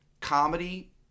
comedy